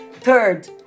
Third